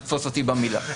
לתפוס אותי במילה.